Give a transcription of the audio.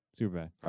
Superbad